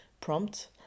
prompt